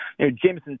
Jameson